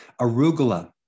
Arugula